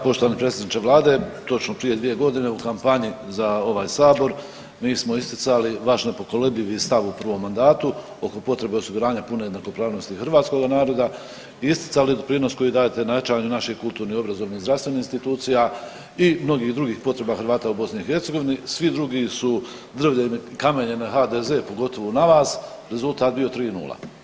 Poštovani predsjedniče vlade, točno prije 2.g. u kampanji za ovaj sabor mi smo isticali vaš nepokolebljivi stav u prvom mandatu oko potrebe osiguranja pune jednakopravnosti hrvatskoga naroda i isticali doprinos koji dajete na jačanju naših kulturnih, obrazovanih i zdravstvenih institucija i mnogih drugih potreba Hrvata u BiH, svi drugi su drvljem i kamenjem na HDZ, pogotovo na vas, rezultat je bio 3:0.